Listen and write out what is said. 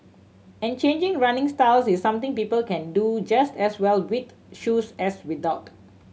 and changing running styles is something people can do just as well with shoes as without